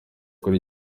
kuri